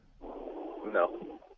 No